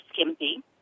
skimpy